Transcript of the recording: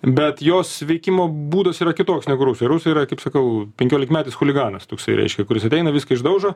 bet jos veikimo būdas yra kitoks negu rusų rusai yra kaip sakau penkiolikmetis chuliganas toksai reiškia kuris ateina viską išdaužo